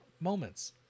moments